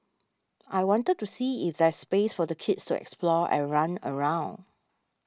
I wanted to see if there's space for the kids to explore and run around